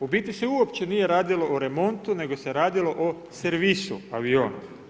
U biti se uopće nije radilo o remontu nego se radilo o servisu aviona.